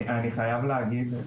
אני חייב להגיד,